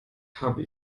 habe